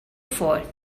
forth